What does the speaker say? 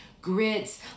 grits